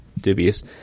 dubious